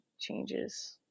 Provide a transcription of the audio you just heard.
changes